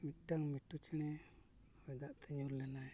ᱢᱤᱫᱴᱟᱝ ᱢᱤᱴᱷᱩ ᱪᱮᱬᱮ ᱦᱚᱭ ᱫᱟᱜᱛᱮ ᱧᱩᱨ ᱞᱮᱱᱟᱭ